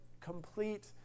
complete